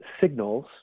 signals